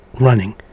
running